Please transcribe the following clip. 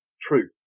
truth